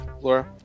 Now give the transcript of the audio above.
Laura